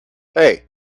hey